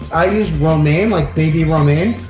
i use romaine like baby romaine.